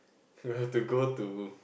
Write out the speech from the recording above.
we have to go to